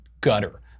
gutter